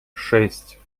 шесть